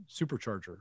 supercharger